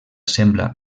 sembla